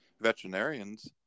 veterinarians